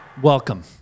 Welcome